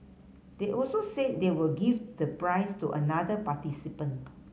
they also said they will give the prize to another participant